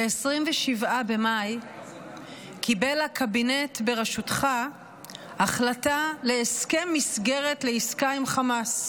ב-27 במאי קיבל הקבינט בראשותך החלטה להסכם מסגרת לעסקה עם חמאס.